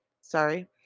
sorry